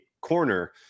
corner